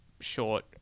short